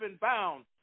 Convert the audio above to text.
bound